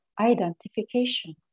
identification